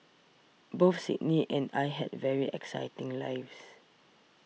both Sydney and I had very exciting lives